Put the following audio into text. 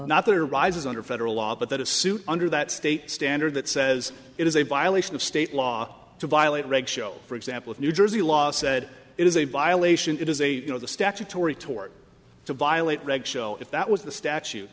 arises under federal law but that a suit under that state standard that says it is a violation of state law to violate regs show for example of new jersey law said it is a violation it is a you know the statutory tort to violate regs show if that was the statu